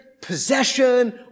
possession